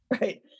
right